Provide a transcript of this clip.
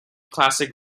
classic